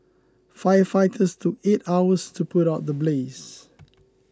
firefighters took eight hours to put out the blaze